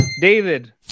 David